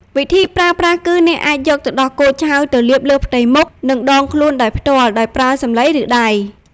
វិធីប្រើប្រាស់ គឺអ្នកអាចយកទឹកដោះគោឆៅទៅលាបលើផ្ទៃមុខ និងដងខ្លួនដោយផ្ទាល់ ដោយប្រើសំឡី ឬដៃ។